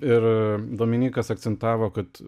ir dominykas akcentavo kad